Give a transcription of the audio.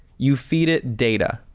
you feed it data,